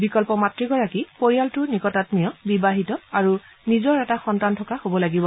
বিকল্প মাত্ৰগৰাকী পৰিয়ালটোৰ নিকটামীয় বিবাহিত আৰু নিজৰ এটা সন্তান থকা হব লাগিব